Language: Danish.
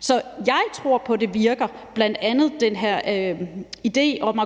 Så jeg tror på, at det virker, bl.a. den her idé om,